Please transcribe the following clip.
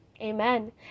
Amen